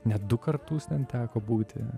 net du kartus ten teko būti